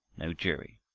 no jury.